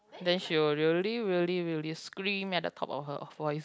then she will really really really scream at the top of her voice